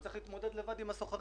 והוא צריך להתמודד לבד עם הסוחרים,